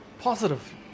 positive